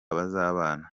bazabana